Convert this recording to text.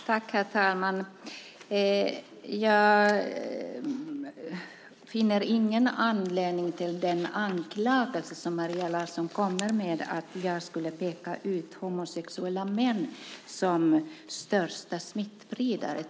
Herr talman! Jag finner ingen anledning till den anklagelse som Maria Larsson kommer med om att jag skulle peka ut homosexuella män som största smittspridare.